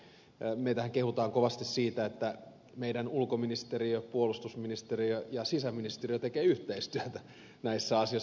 meitähän kehutaan kovasti siitä että meidän ulkoministeriö puolustusministeriö ja sisäministeriö tekevät yhteistyötä näissä asioissa